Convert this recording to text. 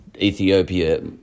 Ethiopia